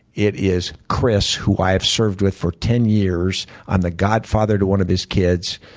it is chris, who i have served with for ten years. i'm the godfather to one of his kids.